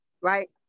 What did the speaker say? right